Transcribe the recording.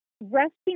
resting